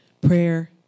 Prayer